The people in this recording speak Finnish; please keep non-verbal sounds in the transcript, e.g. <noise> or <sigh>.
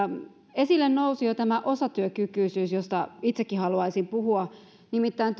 esille nousi jo tämä osatyökykyisyys josta itsekin haluaisin puhua nimittäin <unintelligible>